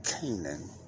Canaan